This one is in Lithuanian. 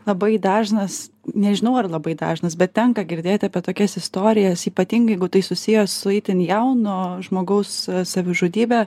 labai dažnas nežinau ar labai dažnas bet tenka girdėti apie tokias istorijas ypatingai jeigu tai susiję su itin jauno žmogaus savižudybe